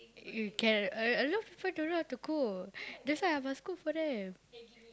you can a a lot of people don't know how to cook that's why I must cook for them